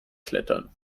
klettern